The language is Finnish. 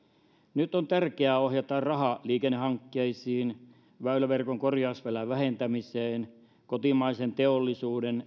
nyt on tärkeää ohjata rahaa liikennehankkeisiin väyläverkon korjausvelan vähentämiseen kotimaisen teollisuuden